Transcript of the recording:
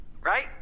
right